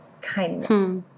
kindness